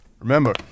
Remember